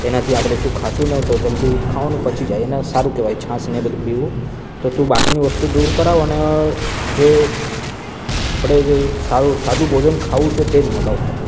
તેનાથી આપણે શું ખાઇશુંને તો જલ્દી ખાવાનું પચી જાય એને સાદું કહેવાય છાશ ને એ બધુ પીવું તો તું બાકીની વસ્તુ દૂર કરાવ અને જે એ આપણે જે સારું સાદું ભોજન ખાવું છે તે જ મંગાવ ખાલી